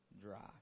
dry